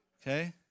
Okay